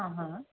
आहाा